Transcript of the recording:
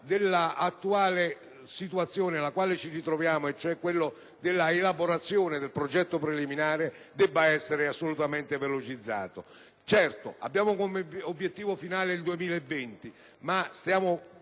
situazione in cui ci troviamo, cioè quella dell'elaborazione del progetto preliminare, debba essere assolutamente velocizzata. Certo, abbiamo come obiettivo finale il 2020, ma stiamo